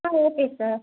ah okay sir